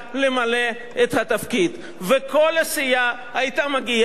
וכל הסיעה היתה מגיעה והיתה מצביעה בעד